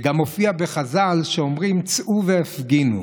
זה גם מופיע בחז"ל, שאומרים: צאו והפגינו.